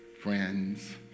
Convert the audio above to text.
friends